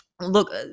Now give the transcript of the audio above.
look